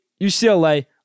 UCLA